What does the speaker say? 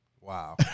Wow